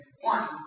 One